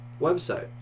website